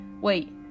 Wait